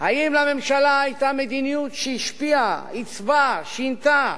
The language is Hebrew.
אם לממשלה היתה מדיניות שהשפיעה, עיצבה, שינתה